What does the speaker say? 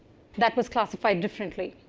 that was classified differently.